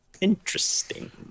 Interesting